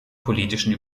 politischen